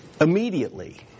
immediately